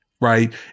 Right